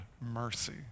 mercy